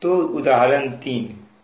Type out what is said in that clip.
तो उदाहरण 3